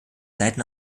seiten